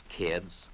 kids